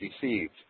deceived